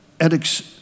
Alex